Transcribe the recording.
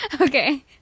Okay